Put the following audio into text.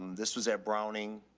um this was at browning